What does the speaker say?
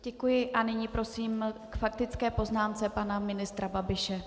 Děkuji a nyní prosím k faktické poznámce pana ministra Babiše.